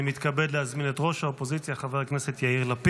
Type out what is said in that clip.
התשפ"ה 2024, מאת חבר הכנסת גלעד